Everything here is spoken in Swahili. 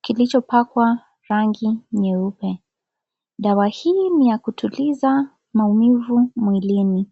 kilichopakwa rangi nyeupe. Dawa hii ni ya kutuliza maumivu mwilini.